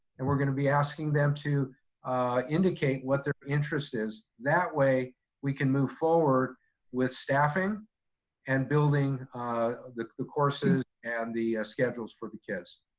and we're going to be asking them to indicate what their interest is. that way we can move forward with staffing and building ah the the courses and the schedules for the kids.